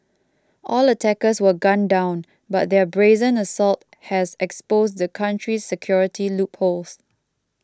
all attackers were gunned down but their brazen assault has exposed the country's security loopholes